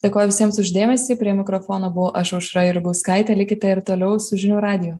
dėkoju visiems už dėmesį prie mikrofono buvau aš aušra jurgauskaitė likite ir toliau su žinių radiju